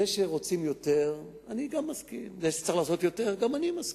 זה שרוצים יותר, גם אני מסכים,